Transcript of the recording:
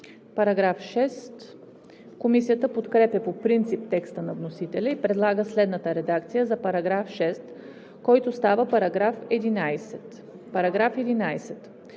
става § 10. Комисията подкрепя по принцип текста на вносителя и предлага следната редакция за § 6, който става § 11: „§ 11.